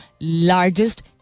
largest